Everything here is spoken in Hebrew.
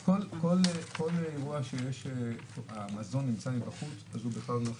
אז כל אירוע שהמזון נמצא בחוץ אז הוא בכלל לא נחשב.